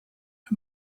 and